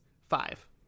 Five